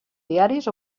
diaris